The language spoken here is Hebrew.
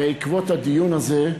בעקבות הדיון הזה,